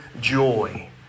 joy